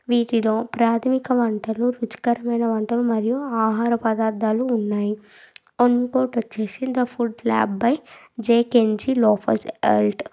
వీటిలో ప్రాథమిక వంటలు రుచికరమైన వంటలు మరియు ఆహార పదార్ధాలు ఉన్నాయి ఇంకోటి వచ్చి the Food Lab by J Kenji Lopez ఎల్ట్